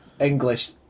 English